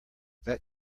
that